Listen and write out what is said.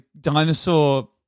dinosaur